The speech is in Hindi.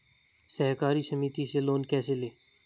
सहकारी समिति से लोन कैसे लें?